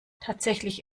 tatsächlich